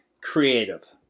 creative